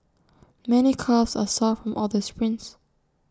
many calves are sore from all the sprints